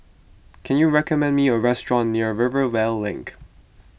can you recommend me a restaurant near Rivervale Link